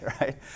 right